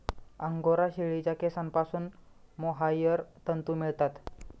angora शेळीच्या केसांपासून mohair तंतू मिळतात